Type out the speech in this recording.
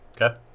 Okay